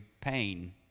pain